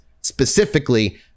specifically